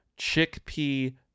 chickpea